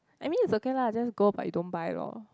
I mean it's okay lah just go but you don't buy loh